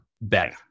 better